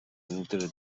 inutile